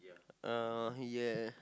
uh yeah